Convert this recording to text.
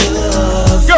love